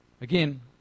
Again